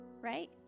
right